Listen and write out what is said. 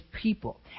people